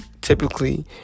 typically